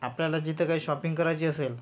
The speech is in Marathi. आपल्याला जिथं काही शॉपिंग करायची असेल